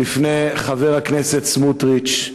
בפני חבר הכנסת סמוּטריץ,